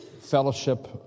fellowship